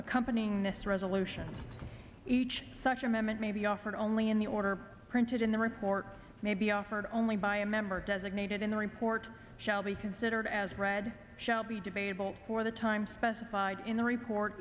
accompanying this resolution each such amendment may be offered only in the order printed in the report may be offered only by a member designated in the report shall be considered as read shall be debatable for the time specified in the report